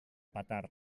petard